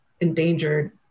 endangered